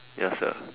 ya sia